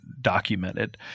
documented